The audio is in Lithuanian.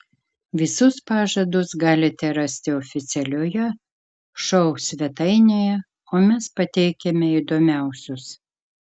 visus pažadus galite rasti oficialioje šou svetainėje o mes pateikiame įdomiausius